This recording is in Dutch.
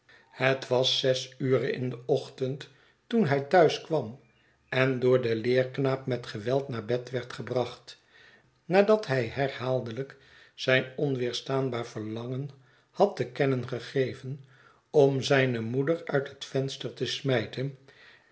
het was zes ure in den ochtend toen hij thuis kwam en door den leerknaap met geweld naar bed werd gebracht nadathij herhaaldelijk zijn onweerstaanbaar verlangen had te kennen gegeven om zijne moeder uit het venster te smijten